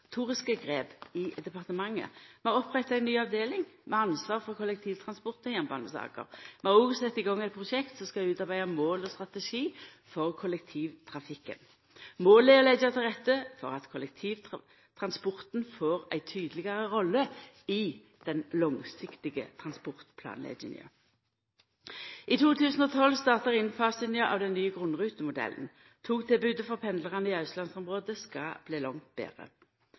grep i departementet. Vi har oppretta ei ny avdeling med ansvar for kollektivtransport og jernbanesaker. Vi har òg sett i gang eit prosjekt som skal utarbeida mål og strategi for kollektivtrafikken. Målet er å leggja til rette for at kollektivtransporten får ei tydelegare rolle i den langsiktige transportplanlegginga. I 2012 startar innfasinga av den nye grunnrutemodellen. Togtilbodet for pendlarane i austlandsområdet skal bli langt betre.